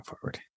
forward